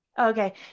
Okay